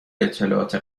اطلاعات